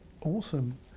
Awesome